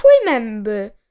Remember